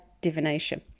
divination